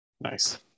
nice